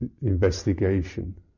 investigation